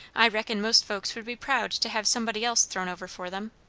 i reckon most folks would be proud to have somebody else thrown over for them.